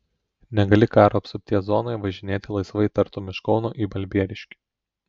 negali karo apsupties zonoje važinėti laisvai tartum iš kauno į balbieriškį